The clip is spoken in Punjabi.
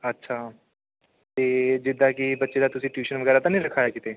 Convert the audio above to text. ਅੱਛਾ ਅਤੇ ਜਿੱਦਾਂ ਕਿ ਬੱਚੇ ਦਾ ਤੁਸੀਂ ਟਿਊਸ਼ਨ ਵਗੈਰਾ ਤਾਂ ਨਹੀਂ ਰਖਵਾਇਆ ਕਿਤੇ